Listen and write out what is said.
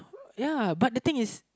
ya but the thing is